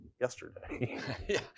yesterday